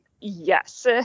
Yes